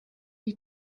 you